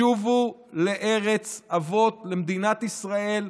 שובו לארץ אבות, למדינת ישראל,